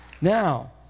Now